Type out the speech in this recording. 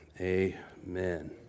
amen